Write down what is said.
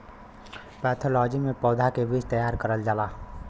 pathology में पौधा के बीज तैयार करल जाला